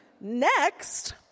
Next